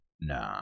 Nah